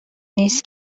نیست